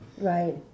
Right